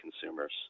consumers